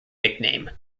nickname